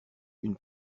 une